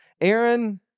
Aaron